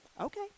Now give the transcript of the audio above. Okay